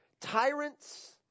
tyrants